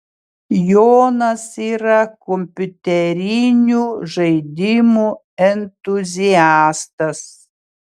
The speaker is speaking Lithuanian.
jonas yra kompiuterinių žaidimų entuziastas